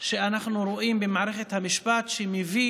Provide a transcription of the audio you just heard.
שאנחנו רואים במערכת המשפט, שמביא